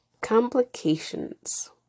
complications